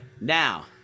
now